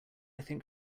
think